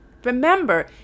Remember